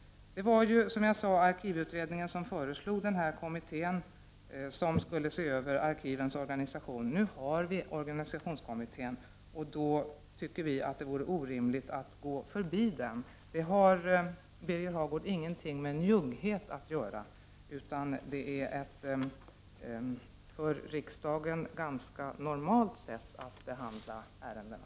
Det var, som jag sade, arkivutredningen som föreslog denna kommitté som skulle se över arkivens organisation. Nu har vi organisationskommittén, och då tycker vi att det vore orimligt att gå förbi den. Det har inget med njugghet att göra, Birger Hagård, utan det är ett för riksdagen ganska normalt sätt att behandla ärendena.